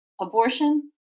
abortion